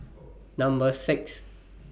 Number six